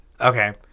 okay